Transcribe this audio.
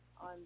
on